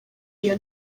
iyo